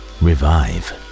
revive